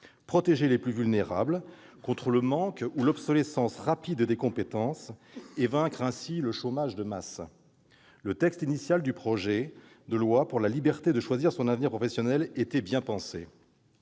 protéger les plus vulnérables contre le manque ou l'obsolescence rapide des compétences et vaincre, ainsi, le chômage de masse. Le texte initial du projet de loi pour la liberté de choisir son avenir professionnel était bien pensé.